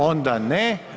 Onda ne.